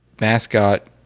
mascot